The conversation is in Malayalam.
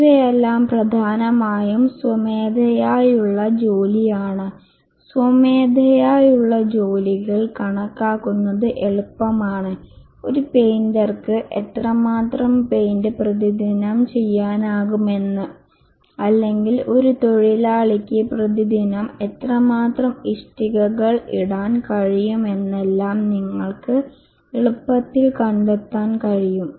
ഇവയെല്ലാം പ്രധാനമായും സ്വമേധയാലുള്ള ജോലിയാണ് സ്വമേധയാലുള്ള ജോലികൾ കണക്കാക്കുന്നത് എളുപ്പമാണ് ഒരു പൈന്റെർക്ക് എത്രമാത്രം പെയിന്റ് പ്രതിദിനം ചെയ്യാനാകുമെന്ന് അല്ലെങ്കിൽ ഒരു തൊഴിലാളിക്ക് പ്രതിദിനം എത്രമാത്രം ഇഷ്ടികകൾ ഇടാൻ കഴിയും എന്നെല്ലാം നിങ്ങൾക്ക് എളുപ്പത്തിൽ കണ്ടെത്താൻ കഴിയും